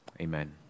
Amen